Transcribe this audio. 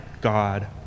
God